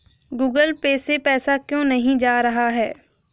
Google Pay से पैसा क्यों नहीं जा रहा है?